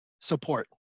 support